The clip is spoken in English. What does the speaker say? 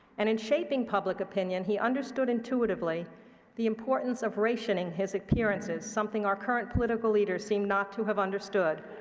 and in shaping public opinion, he understood intuitively the importance of rationing his appearances, something our current political leaders seem not to have understood,